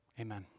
Amen